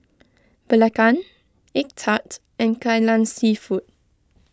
Belacan Egg Tart and Kai Lan Seafood